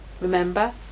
remember